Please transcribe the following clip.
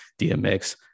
dmx